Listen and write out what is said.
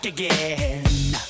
again